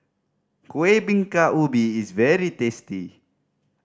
Kueh Bingka Ubi is very tasty